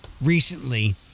recently